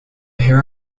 here